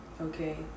okay